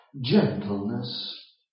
gentleness